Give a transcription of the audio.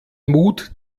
mut